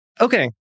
Okay